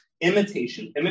imitation